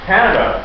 Canada